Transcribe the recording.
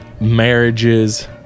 marriages